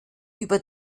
über